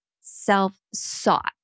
self-sought